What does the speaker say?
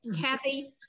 Kathy